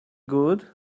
good